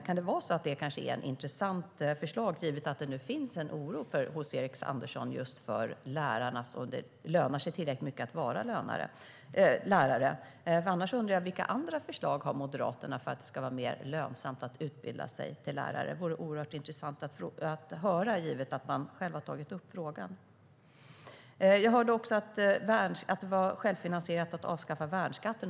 Kan detta kanske vara ett intressant förslag, givet att det nu finns en oro hos Erik Andersson just för lärarna och om det lönar sig tillräckligt mycket att vara lärare? Annars undrar jag vilka andra förslag som Moderaterna har för att det ska vara mer lönsamt att utbilda sig till lärare. Det vore intressant att höra, givet att man själv har tagit upp frågan. Jag hörde också att det var självfinansierat att avskaffa värnskatten.